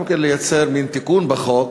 גם כן לייצר מין תיקון בחוק,